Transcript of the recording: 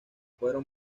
fueron